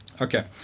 Okay